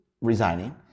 resigning